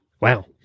Wow